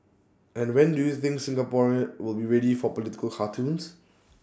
and when do you think Singaporean will be ready for political cartoons